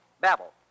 Babble